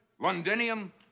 Londinium